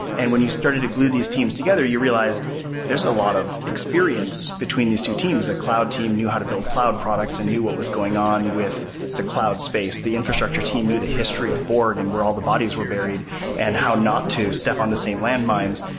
and when you started to glue these teams together you realized there's a lot of experience between these two teams. the cloud team knew how to build cloud products and knew what was going on with the cloud space. the infrastructure team knew the history of borg and where all the bodies were buried and how not to step on the same landmines.